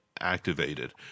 activated